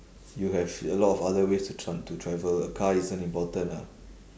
you have a lot of other ways to tr~ to travel a car isn't important ah